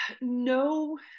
no